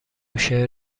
شعر